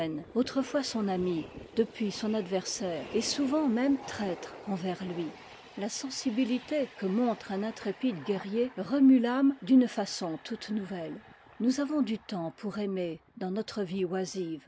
autrefois son ami depuis son adversaire et souvent même traître envers lui la sensibilité que montre un intrépide guerrier remue âme d'une façon toute nouvelle nous avons du temps pour aimer dans notre vie oisive